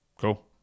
Cool